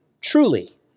truly